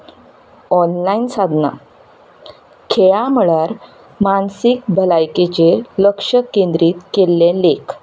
online साधनां खेळां मळ्यार मानसीक भलायकेचेर लक्ष केंद्रीत केल्ले लेख